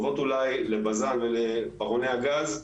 טובות אולי לבז"ן ולברוני הגז,